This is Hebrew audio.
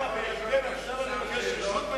הוא הציע אי-אמון והשר עבר לנושא,